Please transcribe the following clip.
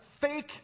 fake